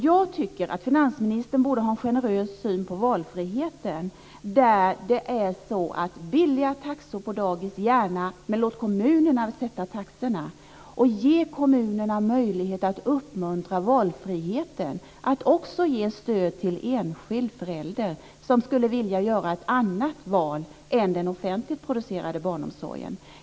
Jag tycker att finansministern borde ha en generös syn på valfriheten där det är låga taxor på dagis, gärna, men låt kommunerna sätta taxorna. Ge kommunerna möjlighet att uppmuntra valfriheten, att också ge stöd till enskild förälder som skulle vilja göra ett annat val än välja den offentligt producerade barnomsorgen.